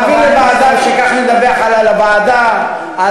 נעביר לוועדה וכך נדווח הלאה לוועדה על